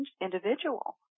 individual